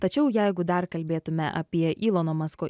tačiau jeigu dar kalbėtume apie ilono masko